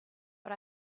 but